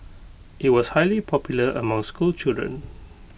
IT was highly popular among schoolchildren